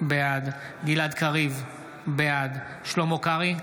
בעד גלעד קריב, בעד שלמה קרעי,